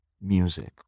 music